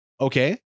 Okay